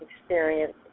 experience